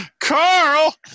carl